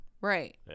Right